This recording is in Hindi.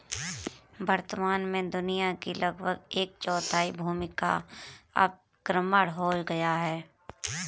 वर्तमान में दुनिया की लगभग एक चौथाई भूमि का अवक्रमण हो गया है